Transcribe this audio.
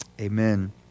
Amen